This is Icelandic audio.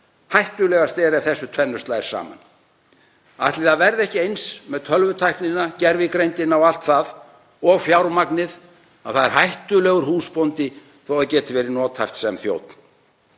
Hættulegast er ef þessu tvennu slær saman. Ætli það verði ekki eins með tölvutæknina, gervigreindina og allt það og fjármagnið að það er hættulegur húsbóndi þó að það geti verið nothæft sem þjónn.